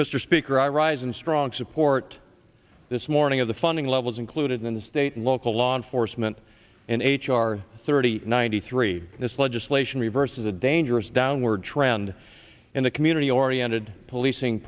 mr speaker i rise in strong support this morning of the funding levels included in the state and local law enforcement in h r thirty ninety three this legislation reverses a dangerous downward trend in a community oriented policing